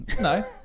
No